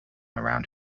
around